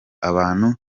abantu